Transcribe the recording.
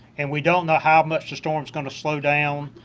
and we don't know how much the storm is going to slow down,